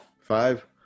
Five